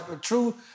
true